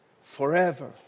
forever